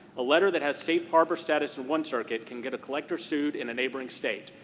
a letter that has safe harbor status in one circuit can get a collector sued in a neighboring state,